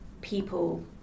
people